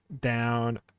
down